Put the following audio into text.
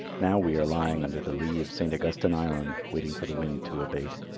now we are lying under the lea of st. augustine island waiting for the wind to abate.